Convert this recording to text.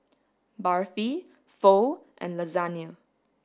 Barfi Pho and Lasagne